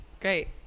Great